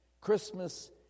Christmas